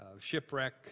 shipwreck